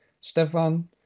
Stefan